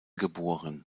geboren